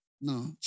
No